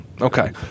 okay